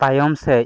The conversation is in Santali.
ᱛᱟᱭᱚᱢ ᱥᱮᱡ